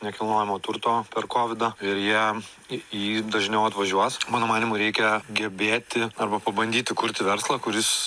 nekilnojamojo turto per kovidą ir jie į į dažniau atvažiuos mano manymu reikia gebėti arba pabandyti kurti verslą kuris